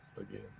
again